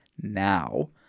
now